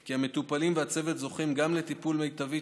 כי המטופלים והצוות זוכים גם לטיפול מיטבי,